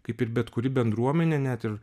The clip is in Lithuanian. kaip ir bet kuri bendruomenė net ir